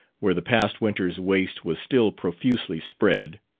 where the past winter's waste was still profusely spread,